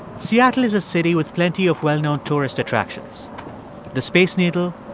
seattle is a city with plenty of well-known tourist attractions the space needle,